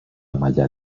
μαλλιά